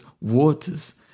waters